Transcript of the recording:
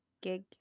Gig